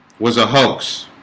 was a hoax